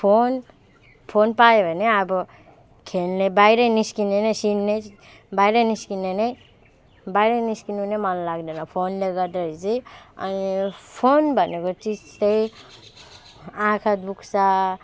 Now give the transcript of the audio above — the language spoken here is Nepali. फोन फोन पायो भने अब खेल्ने बाहिर निस्किने नै सिननै बाहिर निस्किने नै बाहिर निक्सिनु नै मन लाग्दैन फोनले गर्दाखेरि चाहिँ अनि फोन भनेको चिज चाहिँ आँखा दुख्छ